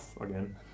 again